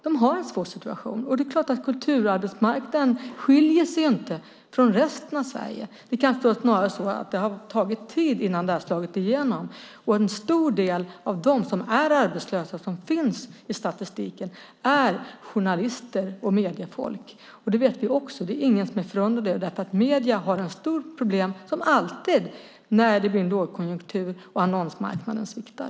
De har en svår situation, och det är klart att kulturarbetsmarknaden skiljer sig inte från resten av Sverige. Det kan snarare vara så att det har tagit tid innan det här har slagit igenom. En stor del av dem som är arbetslösa som finns i statistiken är journalister och mediefolk. Vi vet det. Det är ingen som är förundrad över detta. Medierna har ett stort problem, som alltid när det blir lågkonjunktur och annonsmarknaden sviktar.